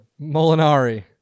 Molinari